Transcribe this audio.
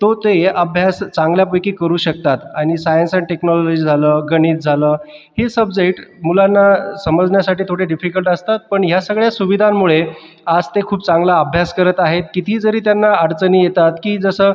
तो ते अभ्यास चांगल्यापैकी करू शकतात आणि सायन्स अँड टेक्नॉलॉजी झालं गणित झालं हे सब्जेक्ट मुलांना समजण्यासाठी थोडे डिफीकल्ट असतात पण ह्या सगळ्या सुविधांमुळे आज ते खूप चांगला अभ्यास करत आहेत कितीही जरी त्यांना अडचणी येतात की जसं